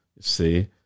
See